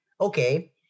okay